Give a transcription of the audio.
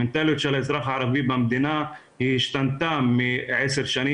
המנטליות של האזרח הערבי במדינה השתנתה בעשר השנים